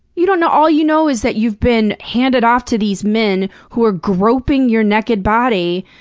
you don't know all you know is that you've been handed off to these men who are groping your naked body.